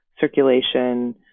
circulation